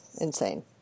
insane